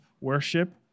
worship